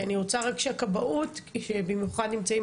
כי אני רוצה רק שהכבאות שבמיוחד נמצאים